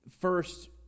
first